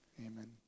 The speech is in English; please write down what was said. amen